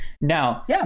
Now